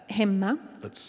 hemma